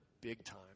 big-time